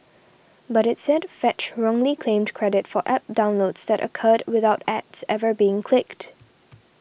but it said Fetch wrongly claimed credit for App downloads that occurred without ads ever being clicked